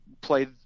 play